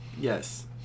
Yes